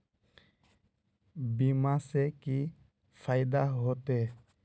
बीमा से की फायदा होते?